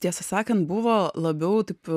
tiesą sakant buvo labiau taip